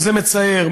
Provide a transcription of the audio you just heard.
שזה מצער,